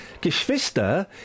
Geschwister